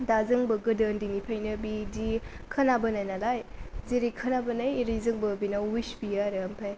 दा जोंबो गोदो उन्दैनिफ्रायनो बिदि खोनाबोनाय नालाय जेरै खोनाबोनाय एरै जोंबो बेनाव उइस बियो आरो ओमफाय